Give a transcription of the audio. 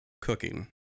cooking